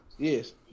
Yes